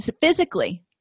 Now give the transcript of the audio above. physically